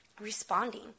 responding